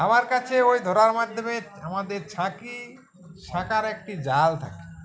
আমার কাছে ওই ধরার মাধ্যমে আমাদের ছাঁকি ছাঁকার একটি জাল থাকে